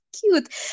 cute